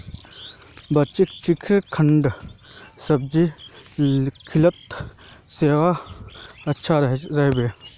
बच्चीक चिचिण्डार सब्जी खिला सेहद अच्छा रह बे